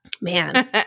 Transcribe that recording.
man